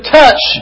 touch